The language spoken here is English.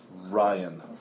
Ryan